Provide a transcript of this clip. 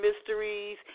mysteries